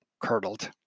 curdled